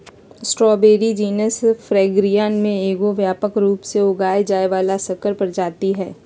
strawberry genus Fragaria के एगो व्यापक रूप से उगाल जाय वला संकर प्रजाति हइ